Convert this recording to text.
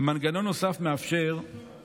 מנגנון נוסף מאפשר,